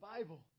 Bible